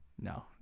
No